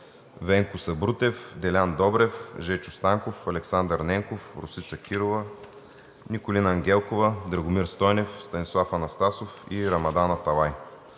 Венко Сабрутев, Делян Добрев, Жечо Станков, Александър Ненков, Росица Кирова, Николина Ангелкова, Драгомир Стойнев, Станислав Анастасов и Рамадан Аталай.